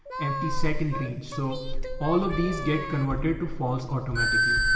empty set in range. so all of these get converted to false automatically.